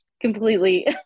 completely